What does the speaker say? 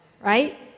right